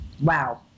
Wow